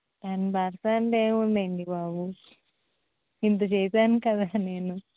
ten percent ఏముందండి బాబు ఇంత చేశాను కదా నేను